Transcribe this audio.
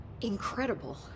Incredible